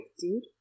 dude